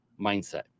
mindset